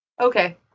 Okay